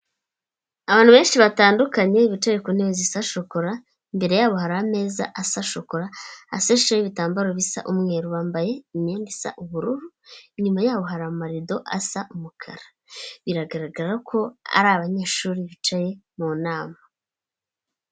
Abantu benshi batandukanye bicaye ku ntebe zisa shokora imbere yabo hari ameza asa shokora asasheho ibitambaro bisa umweru bambaye imyenda isa ubururu inyuma yaho hari amarido asa umukara biragaragara ko ari abanyeshuri bicaye mu nama.